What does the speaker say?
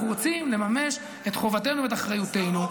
אנחנו רוצים לממש את חובתנו ואת אחריותנו.